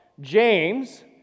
James